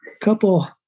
couple